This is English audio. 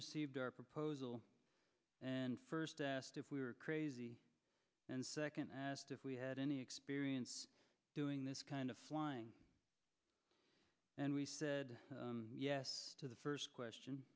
received our proposal and first asked if we were crazy and second asked if we had any experience doing this kind of flying and we said yes to the first question